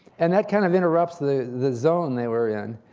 and that kind of interrupts the the zone they were in,